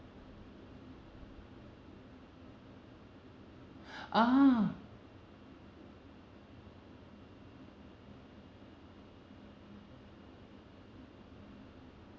ah